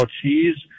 cheese